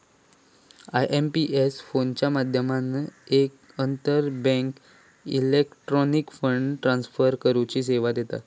IMPS फोनच्या माध्यमातना एक आंतरबँक इलेक्ट्रॉनिक फंड ट्रांसफर करुची सेवा देता